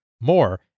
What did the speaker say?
More